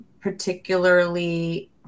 particularly